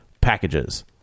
packages